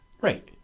Right